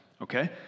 Okay